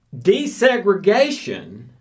desegregation